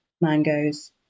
mangoes